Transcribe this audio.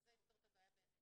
כי זה יפתור את הבעיה באמת.